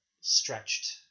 Stretched